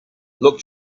look